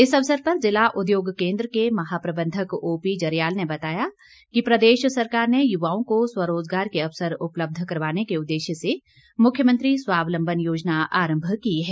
इस अवसर पर जिला उद्योग केन्द्र के महाप्रबन्धक ओपी जरयाल ने बताया कि प्रदेश सरकार ने युवाओं को स्वरोजगार के अवसर उपलब्ध करवाने के उद्देश्य से मुख्यमंत्री स्वावलम्बन योजना आरम्भ की है